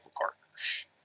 partners